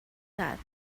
that